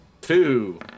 Two